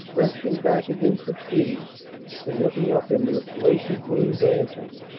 resting back against the tree and looking up into its lacy green branches.